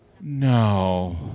no